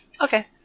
Okay